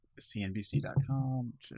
CNBC.com